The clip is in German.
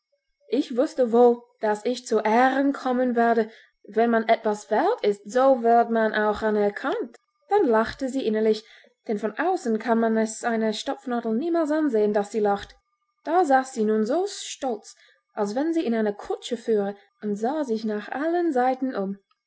ich wußte wohl daß ich zu ehren kommen werde wenn man etwas wert ist so wird man auch anerkannt dann lachte sie innerlich denn von außen kann man es einer stopfnadel niemals ansehen daß sie lacht da saß sie nun so stolz als wenn sie in einer kutsche führe und sah sich nach allen seiten um